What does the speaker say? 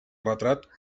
retrat